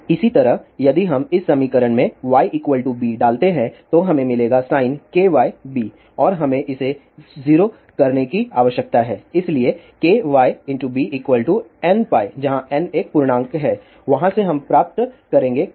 इसी तरह यदि हम इस समीकरण में y b डालते हैं तो हमें मिलेगा sin kyb और हमें इसे 0 करने की आवश्यकता है इसलिए kybnπ जहां n एक पूर्णांक है वहां से हम प्राप्त करेंगे kynπb